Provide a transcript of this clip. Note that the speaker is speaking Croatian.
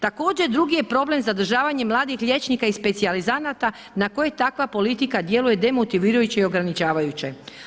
Također drugi je problem zadržavanje mladih liječnika i specijalizanata na koje takva politika djeluje demotivirajuće i ograničavajuće.